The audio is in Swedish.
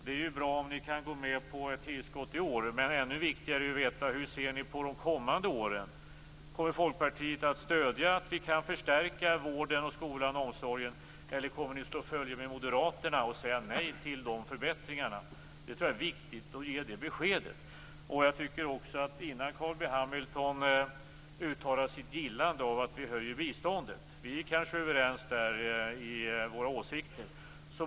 Det är ju bra om ni kan gå med på ett tillskott i år, men ännu viktigare är det att veta hur ni ser på de kommande åren. Kommer Folkpartiet att stödja en förstärkning av vården, skolan och omsorgen eller kommer partiet att slå följe med Moderaterna och säga nej till de förbättringarna? Jag tror att det är viktigt att ge det beskedet. Jag tycker också att en fråga måste besvaras innan Carl B Hamilton uttalar sitt gillande av att vi höjer biståndet, där vi kanske är överens i våra åsikter.